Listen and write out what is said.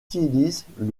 système